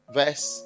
verse